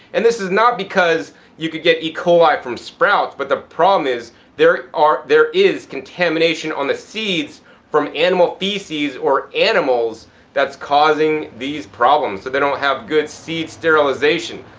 and this is not because you could get e coli from sprouts. but the problem is there are, there is contamination on the seeds from animal feces or animals that's causing these problems. so but they don't have good seeds sterilization.